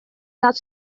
not